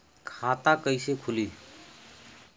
खाता कइसे खुली?